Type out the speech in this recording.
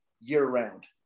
year-round